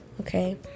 okay